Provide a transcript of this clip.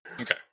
Okay